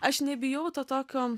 aš nebijau to tokio